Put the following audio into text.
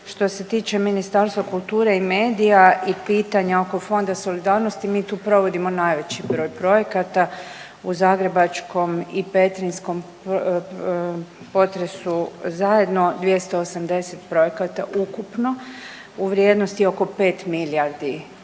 Što se tiče Ministarstva kulture i medija i pitanja oko Fonda solidarnosti, mi tu provodimo najveći broj projekata u zagrebačkom i petrinjskom potresu zajedno 280 projekata ukupno u vrijednosti oko 5 milijardi